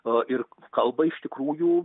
o ir kalba iš tikrųjų